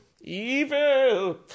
Evil